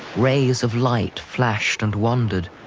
rays of light flashed and wandered,